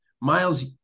Miles